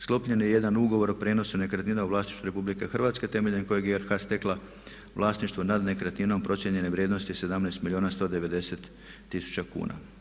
Sklopljen je jedan ugovor o prijenosu nekretnina u vlasništvu RH temeljem kojeg je RH stekla vlasništvo nad nekretninom procijenjene vrijednosti 17 milijuna 190 tisuća kuna.